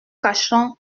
cachant